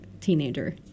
teenager